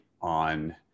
on